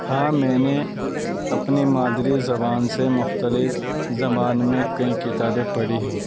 ہاں میں نے اپنے مادری زبان سے مختلف زبان میں کئی کتابیں پڑھی ہیں